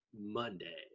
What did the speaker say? monday